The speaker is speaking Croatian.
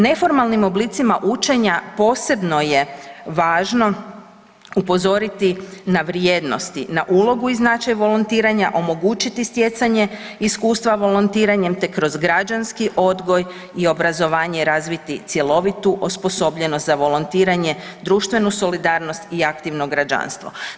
Neformalnim oblicima učenja posebno je važno upozoriti na vrijednosti, na ulogu i značaj volontiranja, omogućiti stjecanje iskustva volontiranjem te kroz građanski odgoj i obrazovanje razviti cjelovitu osposobljenost za volontiranje društvenu solidarnost i aktivno građanstvo.